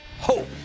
hope